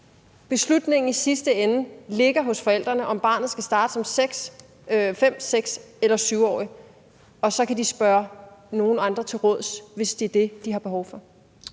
beslutningen i sidste ende ligger hos forældrene om, om barnet skal starte som 5-, 6- eller 7-årig, og at de så kan spørge nogle andre til råds, hvis det er det, de har behov for?